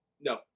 No